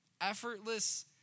Effortless